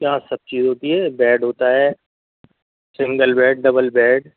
کیا سب چیز ہوتی ہے بیڈ ہوتا ہے سنگل بیڈ ڈبل بیڈ